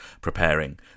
preparing